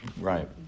Right